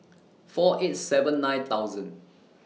four eight seven nine thousand